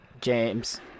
James